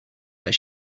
that